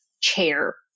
chair